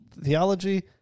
theology